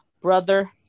brother